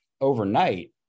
overnight